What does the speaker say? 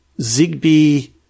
ZigBee